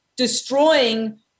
destroying